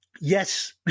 yes